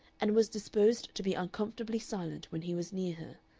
and was disposed to be uncomfortably silent when he was near her,